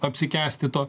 apsikęsti to